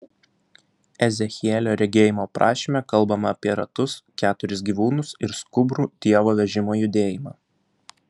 ezechielio regėjimo aprašyme kalbama apie ratus keturis gyvūnus ir skubrų dievo vežimo judėjimą